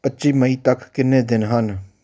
ਪੱਚੀ ਮਈ ਤੱਕ ਕਿੰਨੇ ਦਿਨ ਹਨ